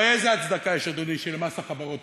הרי איזו הצדקה יש, אדוני, שמס החברות